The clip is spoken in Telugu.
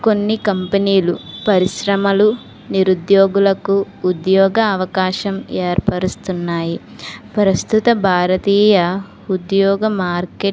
కొన్ని కంపెనీలు పరిశ్రమలు నిరుద్యోగులకు ఉద్యోగ అవకాశం ఏర్పరుస్తున్నాయి ప్రస్తుత భారతీయ ఉద్యోగ మార్కెట్